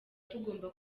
tugomba